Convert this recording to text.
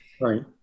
Right